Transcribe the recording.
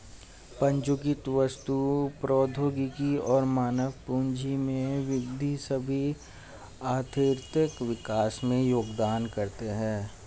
पूंजीगत वस्तु, प्रौद्योगिकी और मानव पूंजी में वृद्धि सभी आर्थिक विकास में योगदान करते है